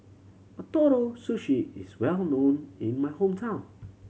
Ootoro Sushi is well known in my hometown